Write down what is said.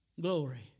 Glory